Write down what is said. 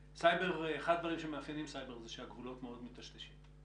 אחד הדברים שמאפיינים סייבר הוא שהגבולות מאוד מיטשטשים.